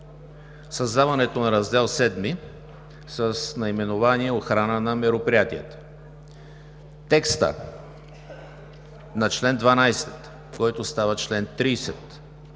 създаването на Раздел VII с наименование „Охрана на мероприятия“, текста на чл. 12, който става чл. 30